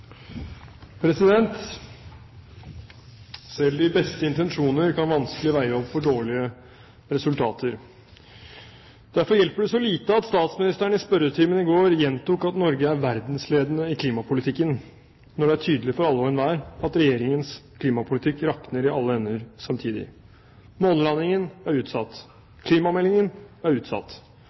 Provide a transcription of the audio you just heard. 3. Selv de beste intensjoner kan vanskelig veie opp for dårlige resultater. Derfor hjelper det så lite at statsministeren i spørretimen i går gjentok at Norge er verdensledende i klimapolitikken, når det er tydelig for alle og enhver at Regjeringens klimapolitikk rakner i alle ender samtidig. Månelandingen er utsatt, klimameldingen er utsatt,